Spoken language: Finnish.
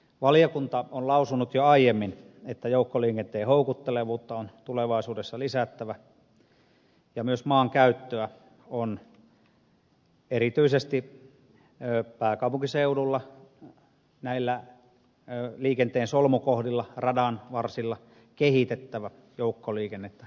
valiokunta on lausunut jo aiemmin että joukkoliikenteen houkuttelevuutta on tulevaisuudessa lisättävä ja myös maankäyttöä on erityisesti pääkaupunkiseudulla näillä liikenteen solmukohdilla radanvarsilla kehitettävä joukkoliikennettä tukevaksi